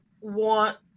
want